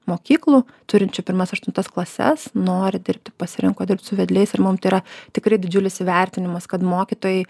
mokyklų turinčių pirmas aštuntas klases nori dirbti pasirinko dirbti su vedliais ir mum tai yra tikrai didžiulis įvertinimas kad mokytojai